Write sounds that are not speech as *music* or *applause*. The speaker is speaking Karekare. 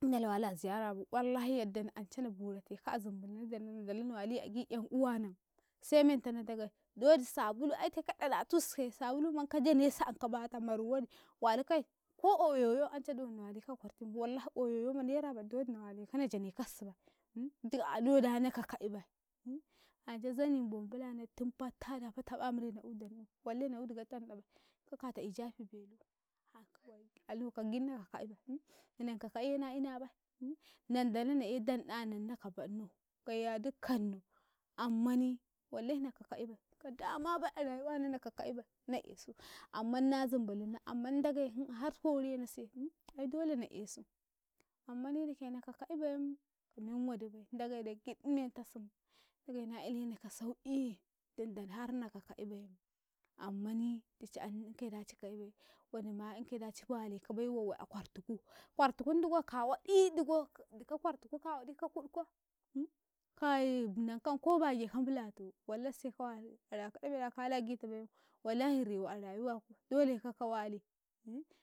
Cin Ndala wala a ziyzrabai, wallahi yadda na anca na burateka a zumbulunnau nandala na wali agi yan uwanau se menta nan Ndagei do wadi sabulu aite ka ɗalatusikaye sabulu man ka janeses anka bata maru wadi wali kai ko oyoyo ance ma do nawaliko a kwartum ma naira man dowadi na waleka na janekasi duk ado da naka ka ibai *hesitation* ance zani mambobulana tun fata da fataƃ an be na'au danɗau walle na audigau danɗabai kakatau ijafi belu hak alukan gid naka ka abibi, na nanka ka'iye na inabai *hesitation* Nnandala na eey dandau nannau ka baɗnau ka yaddikkan nau ,ammani wallai naka ka'ibai ka dama bai a rayuwanau naka kaibai na esu, amman na zumbulunnan amman Ndagei *hesitation* har horena siye *hesitation* ai dole na aesu, amma ne dake naka ka'ibaim ka menwadibin ndagaidan gid mentasim ndagei na ilena ka sau'iee tunda har naka lebai, amman dicin nan ka ciye da cika ka'iebai, wadima yan kaye da ci walekabi wawai a kwartuku, kwartu kun digo kawaɗii digo dikau kwartuku kun digo dikau kwartuku ka waɗi ka kuɗ ko *hesitation* kai dinan kam ko bagekam mbulatum wallahi se ka walukau kada ka ɗafe da kala gidabai wallahi rewau a rayuwa dolekau ka wali